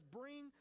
bring